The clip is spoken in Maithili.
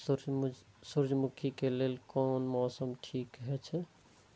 सूर्यमुखी के लेल कोन मौसम ठीक हे छे?